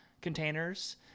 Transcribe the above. containers